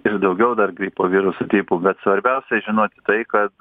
ir daugiau dar gripo virusų tipų bet svarbiausia žinoti tai kad